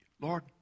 Lord